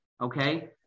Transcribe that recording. Okay